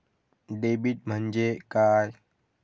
Debit म्हणजे काय?